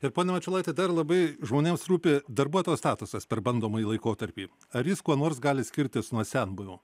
ir pone mačiulaiti dar labai žmonėms rūpi darbuotojo statusas per bandomąjį laikotarpį ar jis kuo nors gali skirtis nuo senbuvių